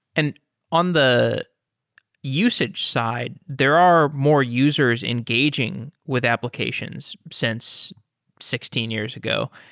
and on the usage side, there are more users engaging with applications since sixteen years ago.